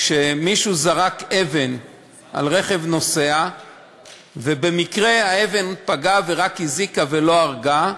כשמישהו זרק אבן על רכב נוסע ובמקרה האבן פגעה ורק הזיקה ולא הרגה,